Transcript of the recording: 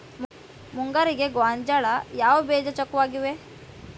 ಮುಂಗಾರಿಗೆ ಗೋಂಜಾಳ ಯಾವ ಬೇಜ ಚೊಕ್ಕವಾಗಿವೆ?